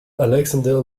alexander